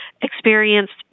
experienced